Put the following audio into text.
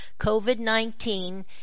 COVID-19